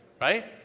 Right